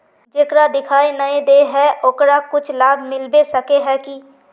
जेकरा दिखाय नय दे है ओकरा कुछ लाभ मिलबे सके है की?